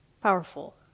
Powerful